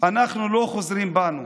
אנחנו לא חוזרים בנו.